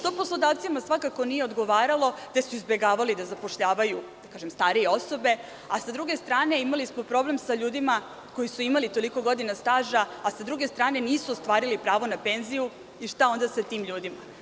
To poslodavcima svakako nije odgovaralo, te su izbegavali da zapošljavaju starije osobe, a sa druge strane imali smo problem sa ljudima koji su imali toliko godina staža, a sa druge strane nisu ostvarili pravo na penziju, šta onda sa tim ljudima.